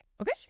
okay